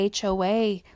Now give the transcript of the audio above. HOA